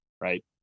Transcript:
right